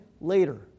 later